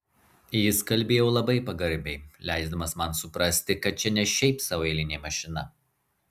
jis kalbėjo labai pagarbiai leisdamas man suprasti kad čia ne šiaip sau eilinė mašina